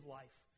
life